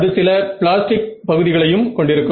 அது சில பிளாஸ்டிக் பகுதிகளையும் கொண்டிருக்கும்